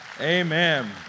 Amen